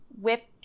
whipped